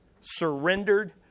surrendered